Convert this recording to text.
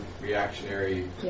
reactionary